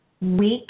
week